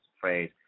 phrase